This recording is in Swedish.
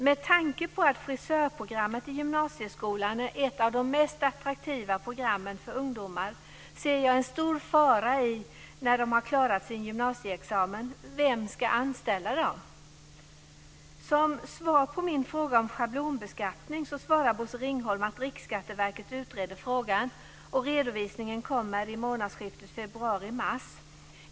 Med tanke på att frisörprogrammet i gymnasieskolan är ett av de mest attraktiva programmen för ungdomar ser jag en stor fara när de klarat sin gymnasieexamen. Vem ska anställa dem? På min fråga om schablonbeskattning svarar Bosse Ringholm att Riksskatteverket utreder frågan. Redovisningen kommer i månadsskiftet februari/mars.